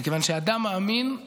מכיוון שאדם מאמין,